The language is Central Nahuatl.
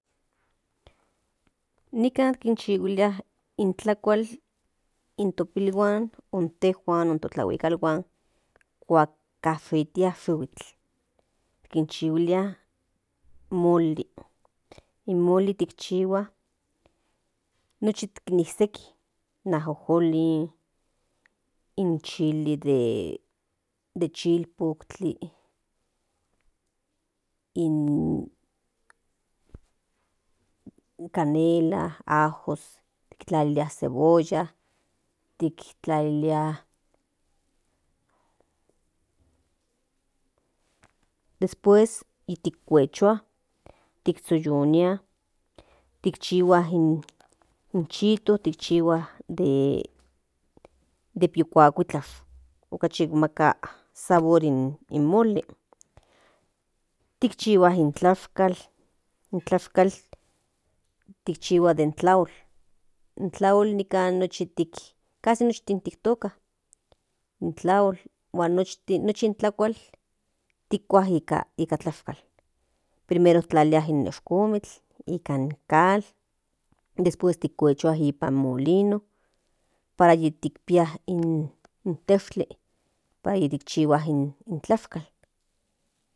Nican kin chihuila in tlacual in tu pilhuan intehuan in tu tlaguicalhuan cuac caxitia xihuitl kin chiguilia moli in moli tic chihua nochi kini seki in ajojoli in chili de de chilpoctl in in canela in ajós tic tlalilia cebolla tic tlalilia después tic cuechoa tic shollonia tic chihua in chito tic chihua de pio cuacuitlaxtl ocachic maca sabor in moli tic chihua in tlaxcatl in tlaxcatl tic chihua den tlaol in tlaol nikan nochi nochtin tic toca in tlaol huan nochtin nochin tlacual ticua ica ica tlaxcal primero tic tlalia in nexcomitl ican cal después tic cuechoa ipan molino pará yiticpia in textli para yi tic chihua in tlaxcatl.